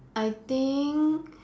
I think